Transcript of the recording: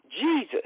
Jesus